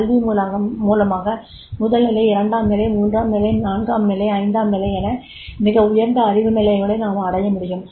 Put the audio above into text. கல்வி மூலமாக முதல் நிலை 2 ம் நிலை 3 ம் நிலை 4 ம் நிலை 5 ம் நிலை என மிக உயர்ந்த அறிவு நிலைகளை நாம் அடைய முடியும்